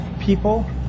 people